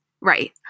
Right